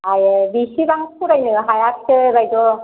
आयै बेसेबां फरायनो हायासै बायद'